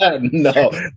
No